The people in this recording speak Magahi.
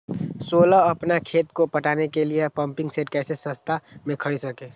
सोलह अपना खेत को पटाने के लिए पम्पिंग सेट कैसे सस्ता मे खरीद सके?